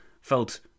felt